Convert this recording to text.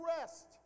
rest